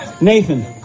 nathan